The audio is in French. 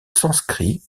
sanskrit